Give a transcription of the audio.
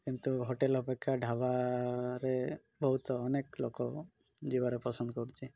କିନ୍ତୁ ହୋଟେଲ୍ ଅପେକ୍ଷା ଢାବାରେ ବହୁତ ଅନେକ ଲୋକ ଯିବାରେ ପସନ୍ଦ କରୁଛି